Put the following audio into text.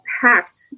packed